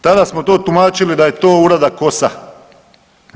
Tada smo to tumačili da je to uradak KOS-a.